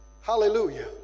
Hallelujah